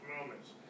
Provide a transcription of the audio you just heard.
moments